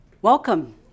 Welcome